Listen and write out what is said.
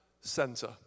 center